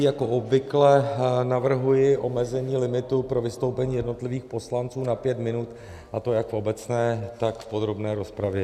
Jako obvykle navrhuji omezení limitu pro vystoupení jednotlivých poslanců na pět minut, a to jak v obecné, tak v podrobné rozpravě.